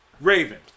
Raven